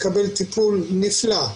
מקבל טיפול נפלא,